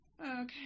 Okay